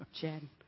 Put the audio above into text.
Jen